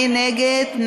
מי נגד?